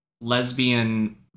lesbian